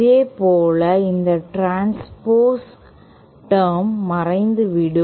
இதேபோல் இந்த transpose term மறைந்துவிடும்